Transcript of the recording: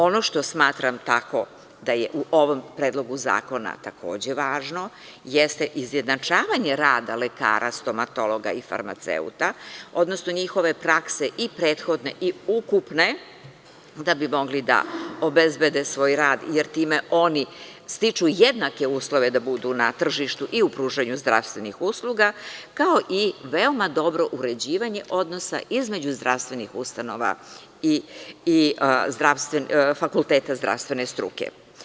Ono što smatram da je u ovom predlogu zakona takođe važno jeste izjednačavanje rada lekara, stomatologa i farmaceuta, odnosno njihove prakse, i prethodne i ukupne, da bi mogli da obezbede svoj rad, jer time oni stiču jednake uslove da budu na tržištu i u pružanju zdravstvenih usluga, kao i veoma dobro uređivanje odnosa između zdravstvenih ustanova i fakulteta zdravstvene struke.